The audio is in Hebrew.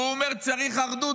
והוא אומר: צריך אחדות,